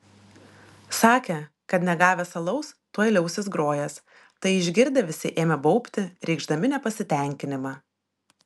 sakė kad negavęs alaus tuoj liausis grojęs tai išgirdę visi ėmė baubti reikšdami nepasitenkinimą